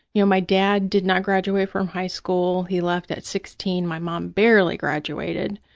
you know, my dad did not graduate from high school. he left at sixteen. my mom barely graduated.